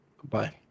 goodbye